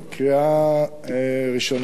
לקריאה ראשונה.